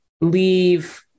leave